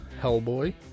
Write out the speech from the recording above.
Hellboy